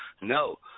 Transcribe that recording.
No